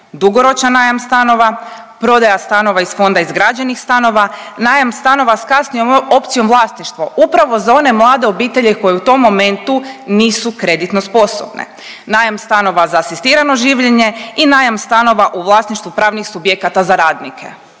dugoročan najam stanova, prodaja stanova iz Fonda izgrađenih stanova, najam stanova s kasnijom opcijom vlasništvo upravo za one mlade obitelji koje u tom momentu nisu kreditno sposobne, najam stanova za asistirano življenje i najam stanova u vlasništvu pravnih subjekata za radnike,